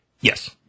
Yes